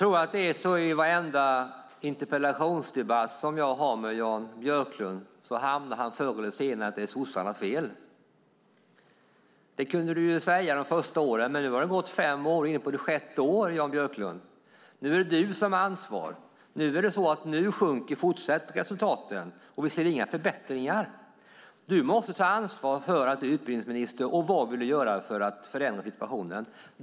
Fru talman! I varenda interpellationsdebatt som jag har med Jan Björklund hamnar han förr eller senare i att det är sossarnas fel. Det kunde han säga de första åren, men nu har det gått fem år och ni är inne på det sjätte. Nu är det du, Jan Björklund, som har ansvar. Resultaten fortsätter att sjunka, och vi ser inga förbättringar. Jan Björklund måste som utbildningsminister ta ansvar. Vad vill han göra för att förändra situationen?